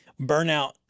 burnout